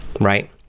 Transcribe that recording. right